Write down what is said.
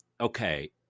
okay